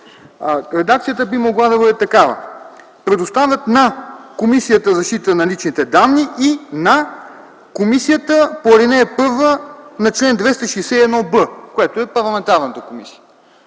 Редакцията би могла да бъде такава: „предоставят на Комисията за защита на личните данни и на комисията по ал. 1 на чл. 261б”, което е парламентарната комисия.